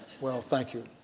well, thank you.